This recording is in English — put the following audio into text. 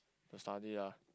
to study lah